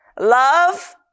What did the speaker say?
Love